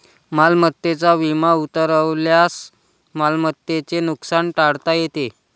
मालमत्तेचा विमा उतरवल्यास मालमत्तेचे नुकसान टाळता येते